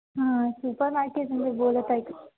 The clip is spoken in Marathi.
हां सुपर मार्केटमधून बोलत आहे का